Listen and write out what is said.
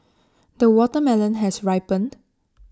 the watermelon has ripened